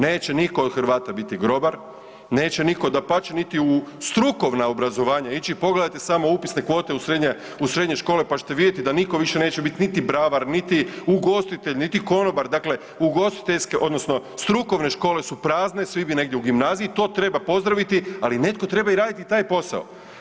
Neće nitko od Hrvata biti grobar, neće nitko, dapače, niti u strukovna obrazovanja ići, pogledajte samo upisne kvote u srednje škole pa ćete vidjeti da nitko više neće biti niti bravar niti ugostitelj niti konobar, dakle ugostiteljske odnosno strukovne škole su prazne, svi bi negdje u gimnaziji i to treba pozdraviti, ali netko treba i raditi taj posao.